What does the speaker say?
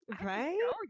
Right